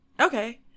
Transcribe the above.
okay